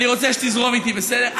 אני רוצה שתזרום איתי, בסדר?